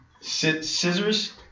Scissors